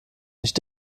nicht